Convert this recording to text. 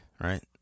right